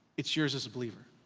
it's yours as a believer.